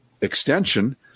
extension